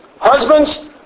Husbands